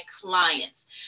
clients